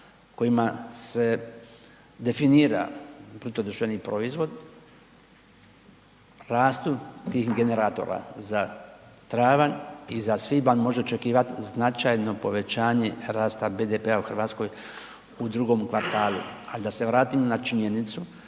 kojima se definira BDP, rastu tih generatora za travanja i svibanj može očekivati značajno povećanje rasta BDP-a u Hrvatskoj u drugom kvartalu ali da se vratimo na činjenicu